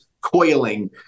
coiling